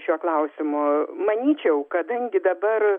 šiuo klausimu manyčiau kadangi dabar